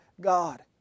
God